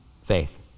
faith